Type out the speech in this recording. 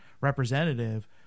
representative